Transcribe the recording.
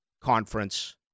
conference